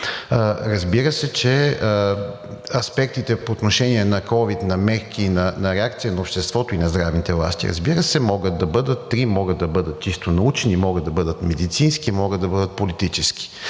Разбира се, че аспектите по отношение на ковид, на мерки и на реакция на обществото и на здравните власти, разбира се, могат да бъдат три, могат да бъдат чисто научни, могат да бъдат медицински, могат да бъдат политически.